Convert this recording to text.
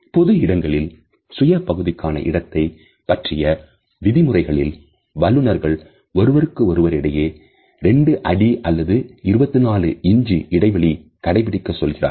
பொது இடங்களில் சுய பகுதிக்கான இடத்தைப் பற்றிய விதிமுறைகளில் வல்லுநர்கள் ஒருவருக்கு ஒருவர் இடையே 2 அடி அல்லது 24 இன்ச் இடைவெளியை கடைபிடிக்க சொல்கிறார்கள்